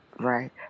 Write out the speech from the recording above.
Right